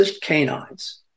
canines